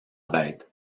bête